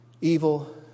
evil